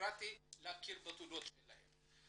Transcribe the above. הבירוקרטי להכיר בתעודות שלהם.